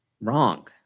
Wrong